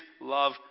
love